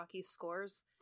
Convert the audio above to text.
scores